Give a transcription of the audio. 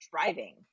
driving